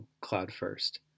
Cloud-first